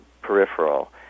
peripheral